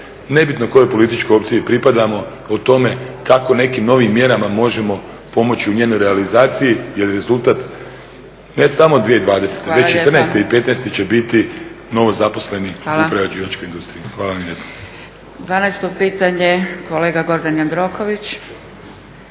nebitno kojoj političkoj opciji pripadamo o tome kako nekim novim mjerama možemo pomoći u njenoj realizaciji jer rezultat ne samo 2020. već i 2014. i 2015. će biti novozaposleni u prerađivačkoj industriji. Hvala vam lijepa. **Zgrebec, Dragica